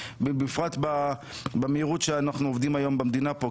בפרט במהירות שאנחנו עובדים בה היום במדינה בנושא הדואר,